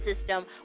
system